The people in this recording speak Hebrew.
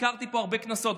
סיקרתי פה הרבה כנסות.